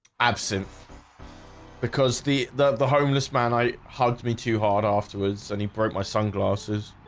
absinthe because the the homeless man, i hugged me too hard afterwards and he burned my sunglasses